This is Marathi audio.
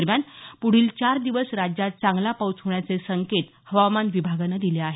पूढील चार दिवस राज्यात चांगला पाऊस होण्याचे संकेत हवामान विभागानं दिले आहेत